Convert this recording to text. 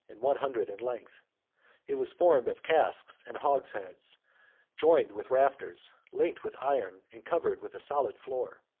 and one hundred in length it was formed of casks and hogsheads joined with rafters, linked with iron, and covered with a solid floor.